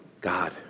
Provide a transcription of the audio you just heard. God